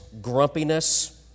grumpiness